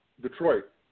Detroit